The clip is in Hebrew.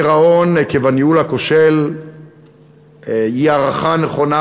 הגירעון עקב הניהול הכושל הוא הערכה נכונה,